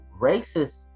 racist